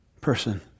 person